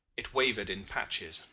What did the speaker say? it wavered in patches,